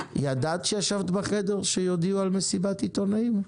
כאשר ישבת בחדר ידעת שיודיעו על מסיבת עיתונאים?